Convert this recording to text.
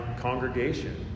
congregation